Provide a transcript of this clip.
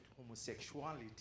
homosexuality